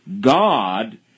God